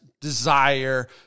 desire